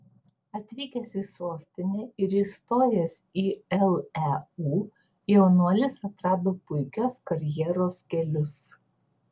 atvykęs į sostinę ir įstojęs į leu jaunuolis atrado puikios karjeros kelius